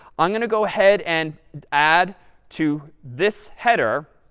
i'm going to go ahead and add to this header